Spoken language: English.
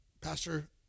Pastor